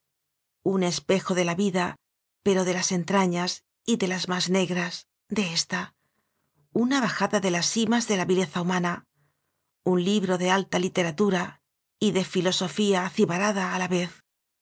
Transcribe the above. un espejo de la vida pero de las entra ñas y de las más negras de ésta una bajada a las simas de la vileza humana un libro de alta literatura y de filosofía acibarada a la vez